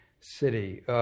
city